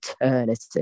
eternity